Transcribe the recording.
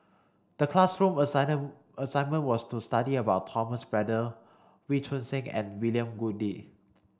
the classroom assigned assignment was to study about Thomas Braddell Wee Choon Seng and William Goode